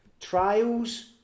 Trials